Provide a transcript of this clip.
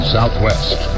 Southwest